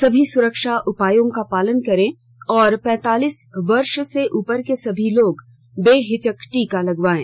सभी सुरक्षा उपायों का पालन करें और पैंतालीस वर्ष से उपर के सभी लोग बेहिचक टीका लगवायें